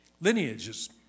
lineages